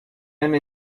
même